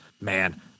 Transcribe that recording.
Man